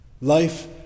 Life